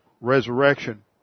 resurrection